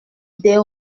des